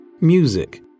music